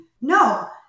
No